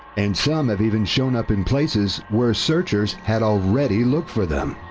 and some have even shown up in places where searchers had already looked for them.